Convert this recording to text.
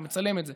אתה מצלם את זה.